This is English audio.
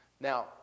Now